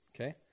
okay